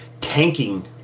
tanking